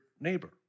neighbor